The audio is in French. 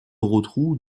rotrou